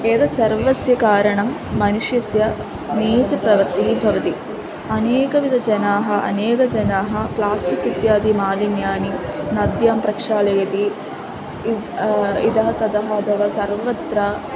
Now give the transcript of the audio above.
एतत् सर्वस्य कारणं मनुष्यस्य नीचप्रवृत्तिः भवति अनेकविधजनाः अनेकाः जनाः प्लास्टिक् इत्यादि मालिन्यानि नद्यां प्रक्षालयन्ति इत् इतः ततः अथवा सर्वत्र